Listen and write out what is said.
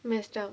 messed up